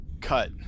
cut